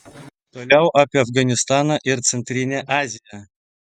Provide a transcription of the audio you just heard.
toliau apie afganistaną ir centrinę aziją